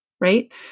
Right